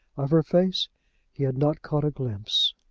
of her face he had not caught a glimpse.